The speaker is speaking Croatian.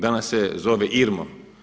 Danas se zove IRMO.